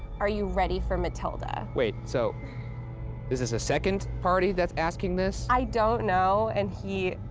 are you ready for matilda? wait, so this is a second party that's asking this? i don't know, and he